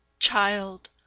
child